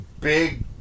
big